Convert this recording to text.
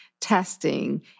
testing